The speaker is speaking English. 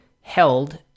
held